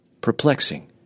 Perplexing